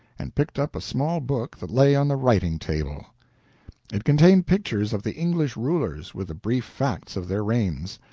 and picked up a small book that lay on the writing-table. it contained pictures of the english rulers with the brief facts of their reigns.